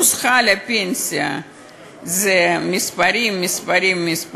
נוסחה לפנסיה זה מספרים, מספרים, מספרים,